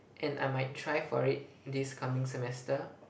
and I might try for it this coming semester